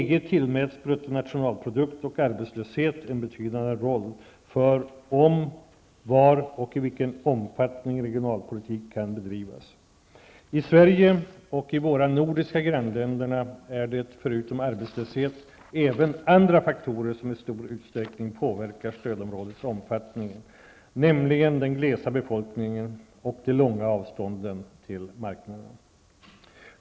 I EG tillmäts bruttonationalprodukt och arbetslöshet en betydande roll för om, var och i vilken omfattning regionalpolitik kan bedrivas. I Sverige och i våra nordiska grannländer är det förutom arbetslöshet även andra faktorer som i stor utsträckning påverkar stödområdets omfattning, nämligen den glesa befolkningen och de långa avstånden till marknaderna.